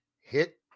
hit